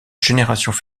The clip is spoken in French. générations